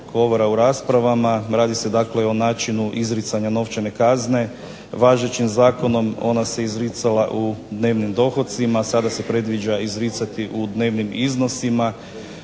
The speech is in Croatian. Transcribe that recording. govora u raspravama, radi se o načinu izricanja novčane kazne, važećim Zakonom ona se izricala u dnevnim dohocima a sada se predviđa izricati u dnevnim iznosima